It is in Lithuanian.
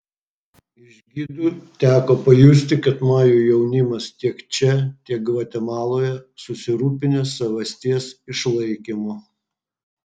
iš gidų teko pajusti kad majų jaunimas tiek čia tiek gvatemaloje susirūpinęs savasties išlaikymu